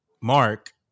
mark